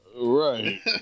Right